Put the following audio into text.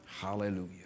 Hallelujah